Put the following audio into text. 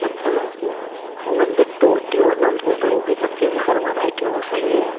अच्छा मैम ओ ओ मैम तो टोटी और नल होता है वो भी सब चेंज करवाना है कि वो सही है